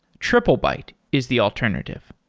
triplebyte is the alternative.